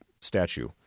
statue